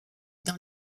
dans